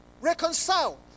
reconcile